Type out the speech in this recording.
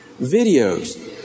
Videos